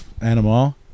animal